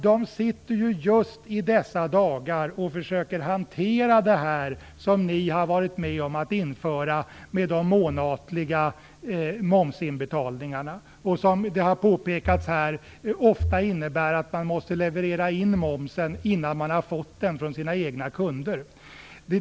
De sitter ju just i dessa dagar och försöker hantera de månatliga momsinbetalningar som Centern har varit med om att införa som, vilket har påpekats här, ofta innebär att man måste leverera in momsen innan man har fått den från sina egna kunder.